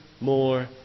more